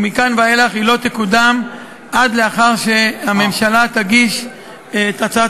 ומכאן ואילך היא לא תקודם עד לאחר שהממשלה תגיש את הצעת